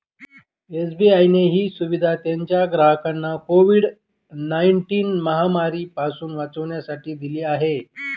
SBI ने ही सुविधा त्याच्या ग्राहकांना कोविड नाईनटिन महामारी पासून वाचण्यासाठी दिली आहे